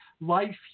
life